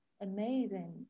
amazing